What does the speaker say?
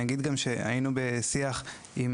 אני אומר גם שהיינו בשיח עם